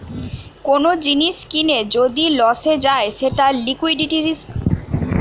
কোন জিনিস কিনে যদি লসে যায় সেটা লিকুইডিটি রিস্ক